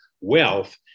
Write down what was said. wealth